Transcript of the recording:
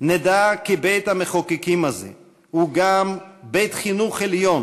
"נדע כי בית-המחוקקים הזה הוא גם בית חינוך עליון